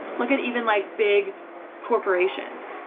look at even like big corporations.